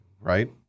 right